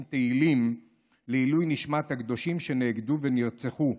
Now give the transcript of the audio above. תהילים לעילוי נשמת הקדושים שנעקדו ונרצחו,